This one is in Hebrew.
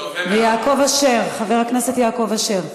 ויעקב אשר, חבר הכנסת יעקב אשר?